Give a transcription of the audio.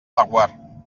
laguar